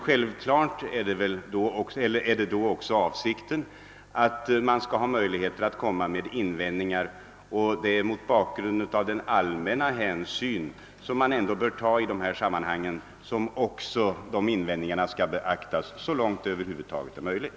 Självfallet är avsikten att de skall kunna framföra invändningar, och den allmänna hänsyn som ändå bör visas i dessa sammanhang gör det naturligt att sådana invändningar beaktas så långt det över huvud taget är möjligt.